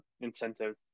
incentive